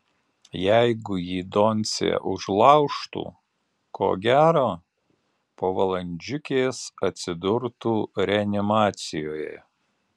jeigu jį doncė užlaužtų ko gero po valandžiukės atsidurtų reanimacijoje